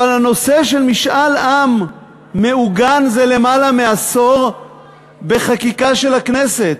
אבל הנושא של משאל עם מעוגן זה למעלה מעשור בחקיקה של הכנסת.